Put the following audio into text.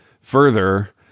further